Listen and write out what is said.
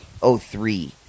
03